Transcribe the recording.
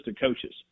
coaches